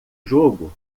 jogo